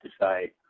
decide